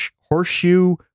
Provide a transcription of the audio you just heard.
Horseshoe